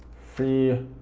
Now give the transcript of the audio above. free